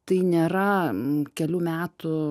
tai nėra kelių metų